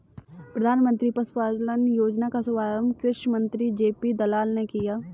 प्रधानमंत्री पशुपालन योजना का शुभारंभ कृषि मंत्री जे.पी दलाल ने किया